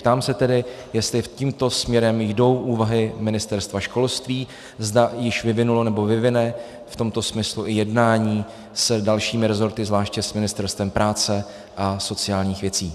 Ptám se tedy, jestli tedy tímto směrem jdou úvahy Ministerstva školství, zda již vyvinulo nebo vyvine v tomto smyslu i jednání s dalšími rezorty, zvláště s Ministerstvem práce a sociálních věcí.